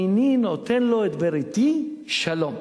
הנני נותן לו את בריתי שלום?